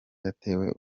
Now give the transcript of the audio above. yatewe